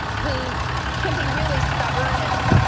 who can be really stubborn, and